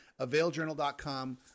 availjournal.com